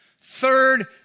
Third